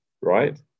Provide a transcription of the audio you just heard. right